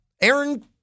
Aaron